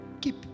Keep